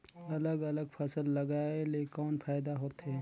अलग अलग फसल लगाय ले कौन फायदा होथे?